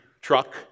truck